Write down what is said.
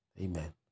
Amen